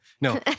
No